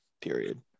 period